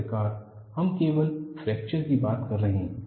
आखिरकार हम केवल फ्रैक्चर की बात कर रहे हैं